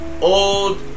old